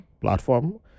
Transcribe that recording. platform